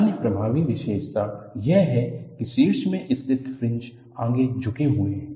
अन्य प्रभावी विशेषता यह है कि शीर्ष में स्थित फ्रिंज आगे झुके हुए हैं